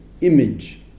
image